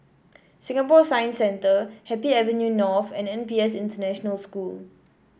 Singapore Science Centre Happy Avenue North and N P S International School